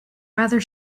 rather